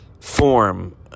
form